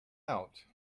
out